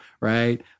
Right